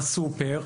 בסופר,